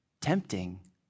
tempting